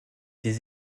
des